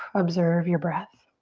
observe your breath.